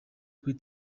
kuri